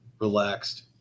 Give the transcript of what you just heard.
relaxed